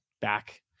back